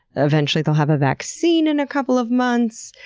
eventually, they'll have a vaccine in a couple of months?